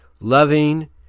loving